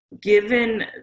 given